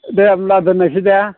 दे होमब्ला दोननायसै दे